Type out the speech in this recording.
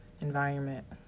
environment